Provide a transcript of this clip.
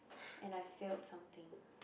and I failed something